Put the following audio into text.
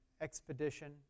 Expedition